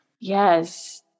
yes